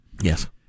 Yes